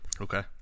okay